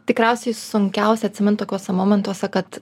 tikriausiai sunkiausia atsimint tokiuose momentuose kad